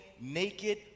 naked